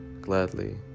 gladly